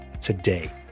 today